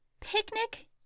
picnic